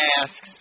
asks